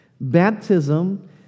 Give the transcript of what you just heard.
Baptism